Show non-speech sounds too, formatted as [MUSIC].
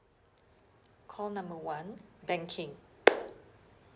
call number one banking [NOISE]